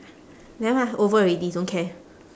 never mind over already don't care